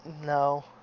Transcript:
No